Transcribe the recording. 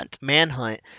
manhunt